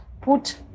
put